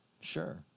sure